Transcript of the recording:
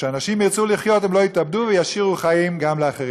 כשאנשים ירצו לחיות הם לא יתאבדו וישאירו חיים גם לאחרים.